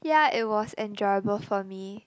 ya it was enjoyable for me